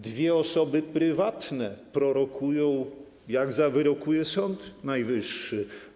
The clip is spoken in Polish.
Dwie osoby prywatne prorokują, jak zawyrokuje Sąd Najwyższy.